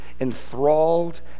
enthralled